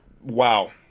wow